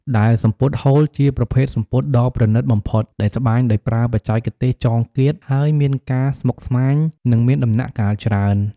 ដែលសំពត់ហូល ជាប្រភេទសំពត់ដ៏ប្រណីតបំផុត ដែលត្បាញដោយប្រើបច្ចេកទេស ចងគាត ហើយមានការស្មុកស្មាញ និងមានដំណាក់កាលច្រើន។